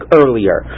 earlier